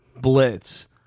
blitz